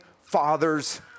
father's